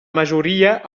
majoria